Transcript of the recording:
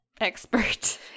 expert